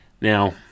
Now